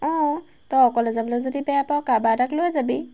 অঁ তই অকলে যাবলৈ যদি বেয়া পাৱ কোনোবা এটাক লৈ যাবি